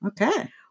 Okay